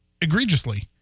egregiously